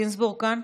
גינזבורג כאן?